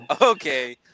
okay